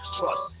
Trust